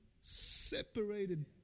separated